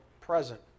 present